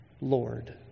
Lord